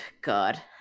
God